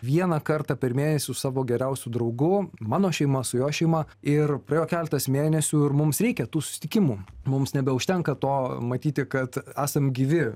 vieną kartą per mėnesį su savo geriausiu draugu mano šeima su jo šeima ir priėjo keletas mėnesių ir mums reikia tų susitikimų mums nebeužtenka to matyti kad esam gyvi